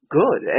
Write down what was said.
good